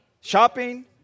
Shopping